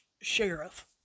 Sheriff